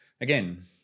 again